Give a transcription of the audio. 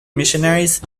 missionaries